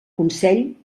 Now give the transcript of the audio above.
consell